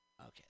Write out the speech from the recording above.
Okay